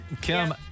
Kim